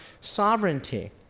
sovereignty